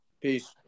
Peace